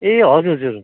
ए हजुर हजुर